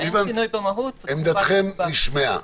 אם אין שינוי במהות --- עמדתכם נשמעה.